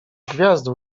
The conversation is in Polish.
gwiazdy